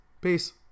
Peace